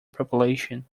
population